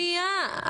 שניה.